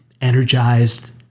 energized